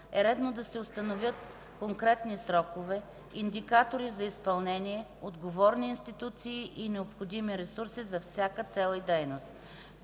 е редно да се установят конкретни срокове, индикатори за изпълнение, отговорни институции и необходими ресурси за всяка цел и дейност.